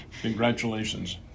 Congratulations